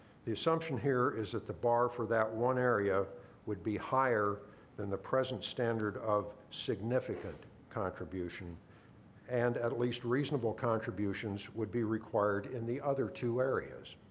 the assumption here is that the bar for that one area would be higher than the present standard of significant contribution and at least reasonable contributions would be required in the other two areas.